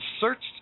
searched